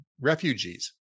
refugees